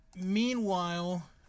Meanwhile